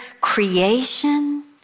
creation